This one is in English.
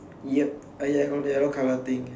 yup a ya yellow colour thing